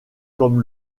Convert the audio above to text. comme